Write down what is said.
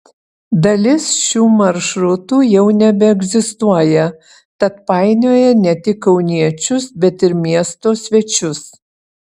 dalis šių maršrutų jau nebeegzistuoja tad painioja ne tik kauniečius bet ir miesto svečius